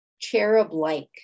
cherub-like